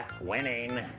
winning